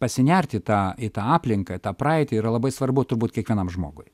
pasinerti į tą į tą aplinką tą praeitį yra labai svarbu turbūt kiekvienam žmogui